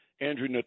Andrew